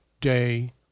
day